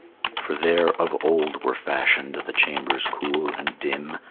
for there of old were fashioned the chambers cool and dim,